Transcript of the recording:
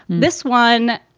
this one,